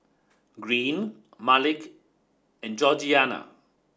Greene Malik and Georgiana